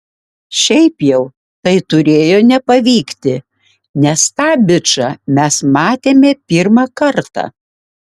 šiaip jau tai turėjo nepavykti nes tą bičą mes matėme pirmą kartą